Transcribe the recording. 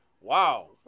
Wow